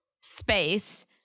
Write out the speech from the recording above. space